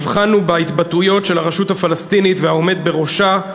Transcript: הבחנו בהתבטאויות של הרשות הפלסטינית והעומד בראשה,